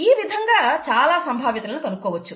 ఈ విధంగా చాలా సంభావ్యతలను కనుక్కోవచ్చు